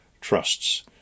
trusts